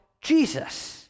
Jesus